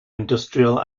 industrial